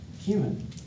human